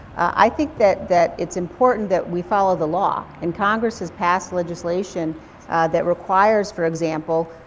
i think that that it's important that we follow the law and congress has passed legislation that requires, for example,